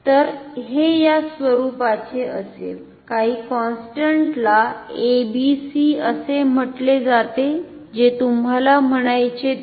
तर हे या स्वरूपाचे असेल काहीं कॉन्स्टंट ला a b c असे म्हटले जाते जे तुम्हाला म्हणायचे ते